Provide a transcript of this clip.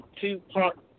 two-part –